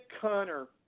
Connor